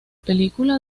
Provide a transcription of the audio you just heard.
película